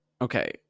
okay